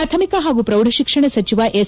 ಪ್ರಾಥಮಿಕ ಹಾಗೂ ಪ್ರೌಢಶಿಕ್ಷಣ ಸಚಿವ ಎಸ್